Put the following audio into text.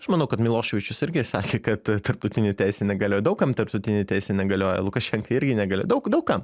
aš manau kad miloševičius irgi sakė kad tarptautinė teisinė negalioja daug kam tarptautinė teisė negalioja lukašenkai irgi negalioja daug daug kam